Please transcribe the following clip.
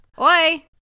Oi